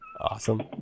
Awesome